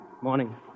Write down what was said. Morning